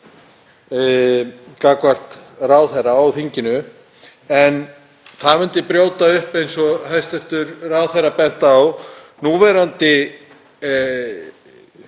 gagnvart ráðherra og þinginu. En það myndi brjóta upp, eins og hæstv. ráðherra benti á, núverandi